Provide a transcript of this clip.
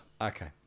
Okay